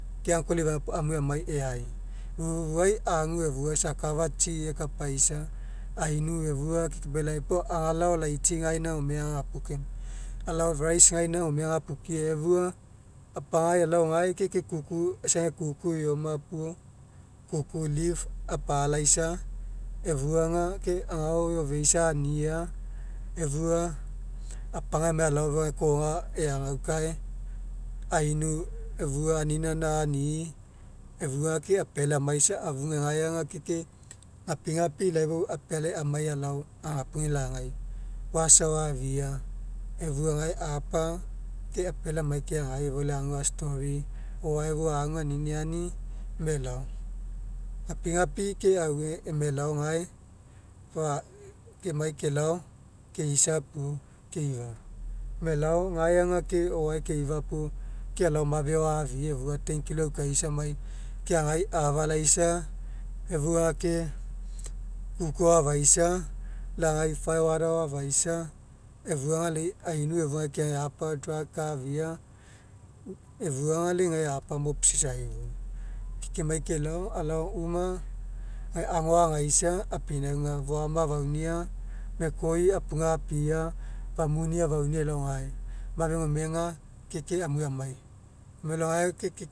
Ke uncle eifa puo amue amai e'ai ufu'ufuai agu efua isa akafau tsi ekapaisa ainu efua ke keifa pau agalao laitsi gaina gome agagapuka, alao gae ke kuku isa ega kuku eoma puo kuku leaf apa'alaisa efua aga ke agao eofaisa ania efua apagai amai alogae efua koga eagaukae ainu efua anina gaina ani'i efua ke apealai amai isa afugai gae aga ke gapigapi lai fou apealai amai alao agapuge lagai wash ao afia efua gae apa ke apealai amai keagai efua lai agu a'story o'oae fou aniniani mo elao gapigapi ke aue amai alao gae ke ai kelao keisa puo keifa, alao gae aga o'oae keifa puo alao mafe ao afia efua ten kilo ao aukaisa amai keagai afalaisa efua ke kuku ao afaisa lagai fire wara ao afaisa efua aga lai ainu efua drug afia efua aga lai gae apa mops isai fou ke kemai kelao alao uma gae ago agaisa apinauga foama afaunia mekoi apuga apia famuni afaunia elao gae mafe gome aga ke ke amue amai alao gar aga ke ke